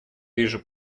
вижу